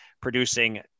producing